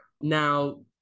Now